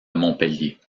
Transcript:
montpellier